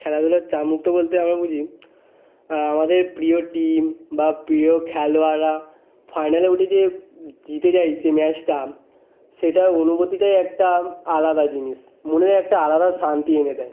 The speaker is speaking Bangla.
খেলাধূলার চাপমুক্ত বলতে আমরা বুঝি আমাদের প্রিয় টিম বা প্রিয় খেলোয়াড়রা ফাইনালে উঠে যে জিতে যায় সেই ম্যাচটা সেটার অনুভূতিতাই একটা আলাদা জিনিস মনে একটা আলাদা শান্তি এনে দেয়